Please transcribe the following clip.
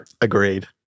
Agreed